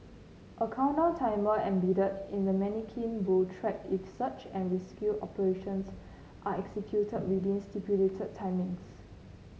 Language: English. a countdown timer embedded in the manikin will track if search and rescue operations are executed within stipulated timings